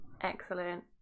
Excellent